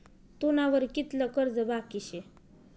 तुना वर कितलं कर्ज बाकी शे